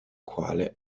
quale